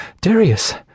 Darius